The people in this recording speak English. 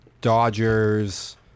Dodgers